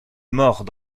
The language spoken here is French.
mort